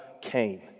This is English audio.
came